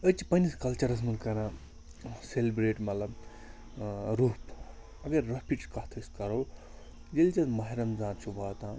أسۍ چھِ پنٛنِس کَلچَرَس منٛز کَران سیٚلِبرٛیٹ مطلب روٚپھ اگر رۄپھِچ کَتھ أسۍ کَرو ییٚلہِ زَن ماہہِ رمضان چھُ واتان